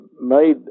made